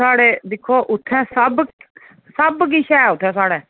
साढ़े दिक्खो उत्थें सब सब किश ऐ उत्थै साढ़े